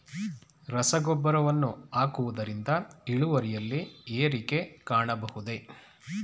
ರಸಗೊಬ್ಬರವನ್ನು ಹಾಕುವುದರಿಂದ ಇಳುವರಿಯಲ್ಲಿ ಏರಿಕೆ ಕಾಣಬಹುದೇ?